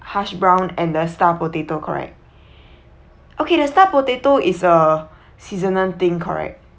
hash brown and the star potato correct okay the star potato is a seasonal thing correct